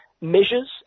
measures